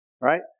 Right